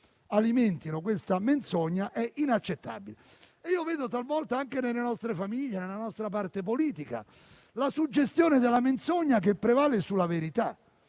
alimentino questa menzogna è inaccettabile. Vedo, talvolta, anche nelle nostre famiglie e nella nostra parte politica la suggestione della menzogna che prevale sulla verità.